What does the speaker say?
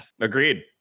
Agreed